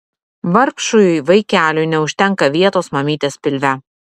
vargšui vaikeliui neužtenka vietos mamytės pilve